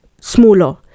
smaller